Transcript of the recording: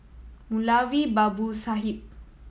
Moulavi Babu Sahib